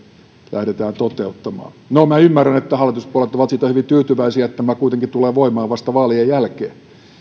lähdetään toteuttamaan no minä ymmärrän että hallituspuolueet ovat siihen hyvin tyytyväisiä että tämä kuitenkin tulee voimaan vasta vaa lien jälkeen